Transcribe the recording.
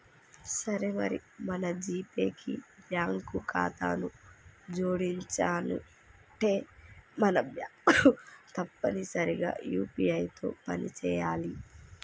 సరే మరి మన జీపే కి బ్యాంకు ఖాతాను జోడించనుంటే మన బ్యాంకు తప్పనిసరిగా యూ.పీ.ఐ తో పని చేయాలి